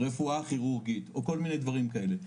'רפואה כירורגית' או כל מיני דברים כאלה,